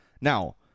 now